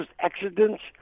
accidents